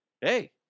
hey